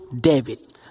David